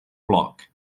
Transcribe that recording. block